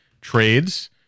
trades